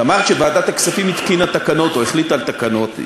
את אמרת שוועדת הכספים התקינה תקנות או החליטה על תקנות,